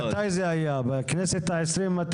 מתי זה היה, בכנסת העשרים?